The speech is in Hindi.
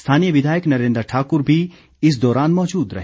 स्थानीय विधायक नरेंद्र ठाकर भी इस दौरान मौजूद रहे